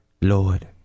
Lord